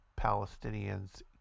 Palestinians